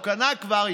או קנה כבר,